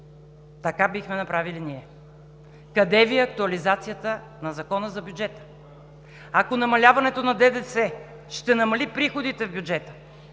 така бихме направили ние. Къде Ви е актуализацията на Закона за бюджета? Ако намаляването на ДДС ще намали приходите в бюджета,